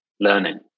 learning